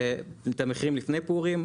את המחירים לפני פורים,